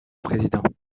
président